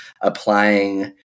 applying